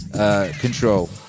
Control